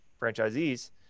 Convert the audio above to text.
franchisees